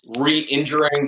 re-injuring